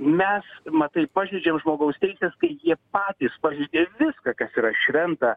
mes matai pažeidžiam žmogaus teises kai jie patys pažeidė viską kas yra šventa